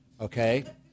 Okay